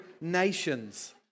nations